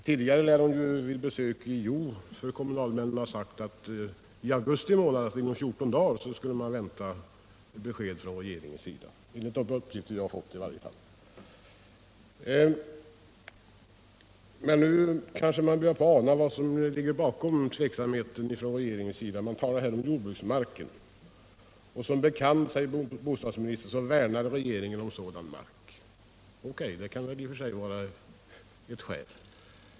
Tidigare lär hon vid besök i Hjo ha sagt till kommunalmännen att i augusti månad, dvs. inom 14 dagar, kunde man vänta besked från regeringens sida — enligt de uppgifter jag fått i varje fall. Men nu kanske man börjar ana vad som ligger bakom regeringens tveksamhet. Det talas här om jordbruksmarken. Som bekant. säger bostads 15 ministern, värnar regeringen om sådan mark. O.K., det kan väl i och för sig vara ett skäl.